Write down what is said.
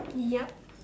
yup